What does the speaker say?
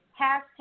hashtag